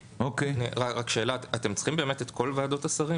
רק שאלה, אתם באמת צריכים את כל ועדות השרים?